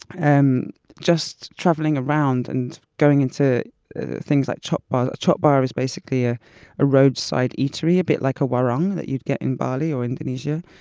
and just traveling around and going and to things like chop bars. a chop bar is basically a a roadside eatery, a bit like a warung that you'd get in bali or indonesia.